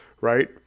right